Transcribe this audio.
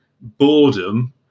boredom